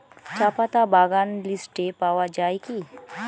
চাপাতা বাগান লিস্টে পাওয়া যায় কি?